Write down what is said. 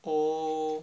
oo